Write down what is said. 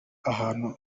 ahantu